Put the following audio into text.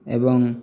ଏବଂ